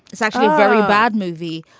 it's actually a very bad movie.